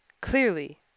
clearly